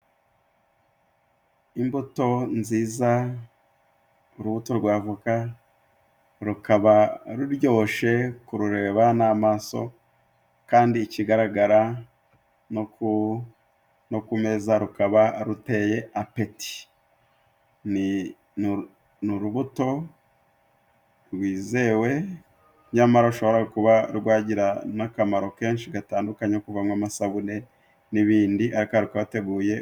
Imbuto nziza urubuto rwa avoka rukaba ruryoshe kurureba n'amaso, kandi ikigaragara no ku no ku meza rukaba ruteye appeti. Ni urubuto rwizewe nyamara rushobora kuba rwagira n'akamaro kenshi gatandukanye, ko kuvamo amasabune n'ibindi ariko rukaba ruteguye.